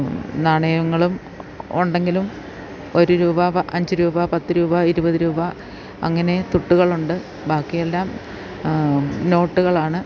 നാണയങ്ങളും ഉണ്ടെങ്കിലും ഒരു രൂപ അഞ്ചു രൂപ പത്തു രൂപ ഇരുപതു രൂപ അങ്ങനെ തുട്ടുകളുണ്ട് ബാക്കിയെല്ലാം നോട്ടുകളാണ്